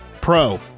Pro